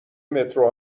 مترو